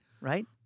Right